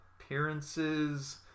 appearances